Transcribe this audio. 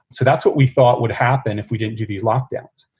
so that's what we thought would happen if we didn't do these lockdowns.